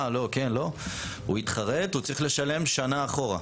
כן, לא, הוא התחרט, הוא צריך לשלם שנה אחורה.